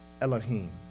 Elohim